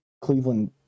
Cleveland